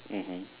mmhmm